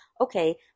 okay